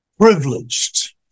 privileged